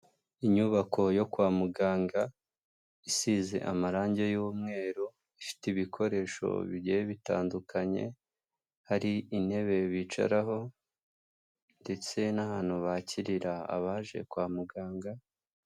Inyubako yo kwa muganga isize amarangi y'umweru, ifite ibikoresho bigiye bitandukanye, hari intebe bicaraho ndetse n'ahantu bakirira abaje kwa muganga.